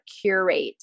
curate